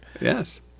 Yes